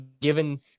given